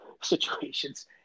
situations